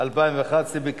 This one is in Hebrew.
מידה